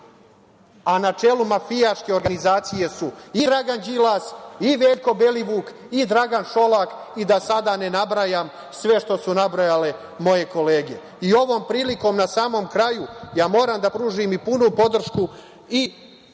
a na čelu mafijaške organizacije su i Dragan Đilas, i Veljko Belivuk, i Dragan Šolak i da sada ne nabrajam sve što su nabrajale moje kolege. Ovom prilikom, na samom kraju, moram da pružim i punu podršku i